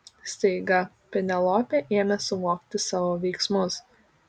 staiga penelopė ėmė suvokti savo veiksmus